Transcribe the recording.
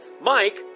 Mike